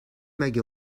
مگه